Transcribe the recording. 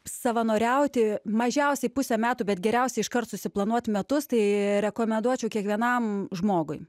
savanoriauti mažiausiai pusę metų bet geriausia iškart susiplanuot metus tai rekomenduočiau kiekvienam žmogui